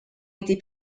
été